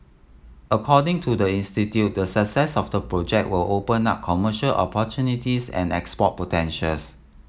according to the institute the success of the project will open up commercial opportunities and export potentials